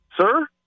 sir